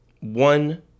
One